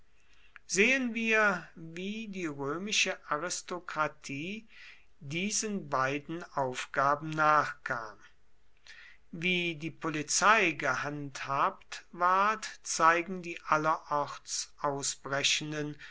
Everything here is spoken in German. sehen wir wie die römische aristokratie diesen beiden aufgaben nachkam wie die polizei gehandhabt ward zeigen die allerorts ausbrechenden